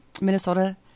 Minnesota